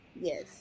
yes